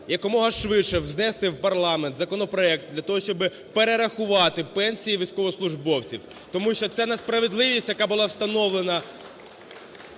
якомога швидше внести в парламент законопроект для того, щоб перерахувати пенсії військовослужбовців. Тому що ця несправедливість, яка була встановлена